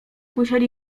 musieli